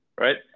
right